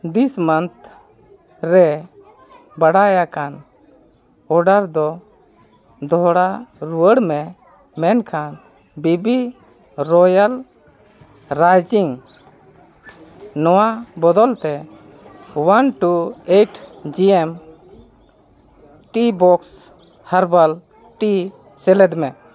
ᱫᱤᱥ ᱢᱟᱱᱛᱷ ᱨᱮ ᱵᱟᱰᱟᱭ ᱟᱠᱟᱱ ᱚᱰᱟᱨ ᱫᱚ ᱫᱚᱦᱲᱟ ᱨᱩᱣᱟᱹᱲ ᱢᱮ ᱢᱮᱱᱠᱷᱟᱱ ᱵᱮᱵᱤ ᱨᱚᱭᱮᱞ ᱨᱟᱭᱪᱤᱝ ᱱᱚᱣᱟ ᱵᱚᱫᱚᱞᱛᱮ one two eight GM tea box herbal tea select ᱢᱮ